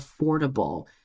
affordable